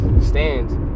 stands